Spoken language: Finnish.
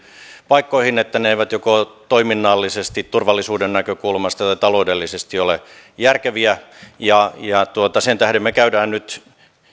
paikkoihin että ne eivät joko toiminnallisesti turvallisuuden näkökulmasta tai taloudellisesti ole järkeviä ja ja sen tähden me olemme nyt